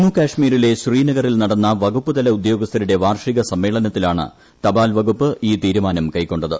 ജമ്മുകാശ്മീരിലെ ശ്രീനഗറിൽ നടന്ന വകുപ്പുതല ഉദ്യോഗസ്ഥരുടെ വാർഷിക സമ്മേളനത്തിലാണ് തപാൽവകുപ്പ് ഈ തീരുമാനം കൈക്കൊണ്ടത്